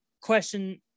question